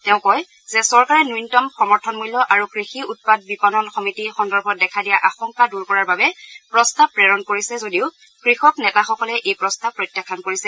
তেওঁ কয় যে চৰকাৰে ন্যূনতম সমৰ্থন মূল্য আৰু কৃষি উৎপাদ বিপণন সমিতি সন্দৰ্ভত দেখা দিয়া আশংকা দূৰ কৰাৰ বাবে প্ৰস্তাৱ প্ৰেৰণ কৰিছে যদিও কৃষক নেতাসকলে এই প্ৰস্তাৱ প্ৰত্যাখ্যান কৰিছে